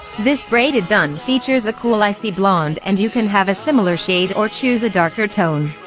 this braided bun features a cool icy blonde and you can have a similar shade or choose a darker tone.